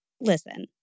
listen